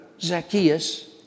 Zacchaeus